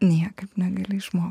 niekaip negali išmokt